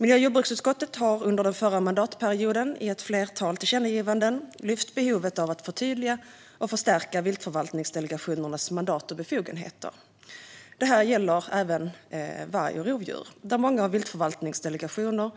Miljö och jordbruksutskottet har under den förra mandatperioden i ett flertal tillkännagivanden lyft behovet av att förtydliga och förstärka viltförvaltningsdelegationernas mandat och befogenheter. Detta gäller även varg och rovdjur - många viltförvaltningsdelegationer